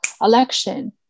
election